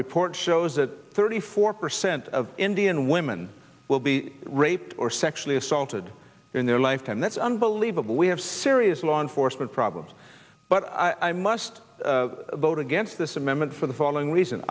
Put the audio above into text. report shows that thirty four percent of indian women will be raped or sexually assaulted in their lifetime that's unbelievable we have serious law enforcement problems but i must vote against this amendment for the following reason